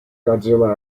godzilla